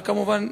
וכמובן,